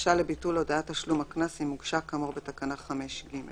בבקשה לביטול הודעת תשלום הקנס אם הוגשה כאמור בתקנה 5(ג).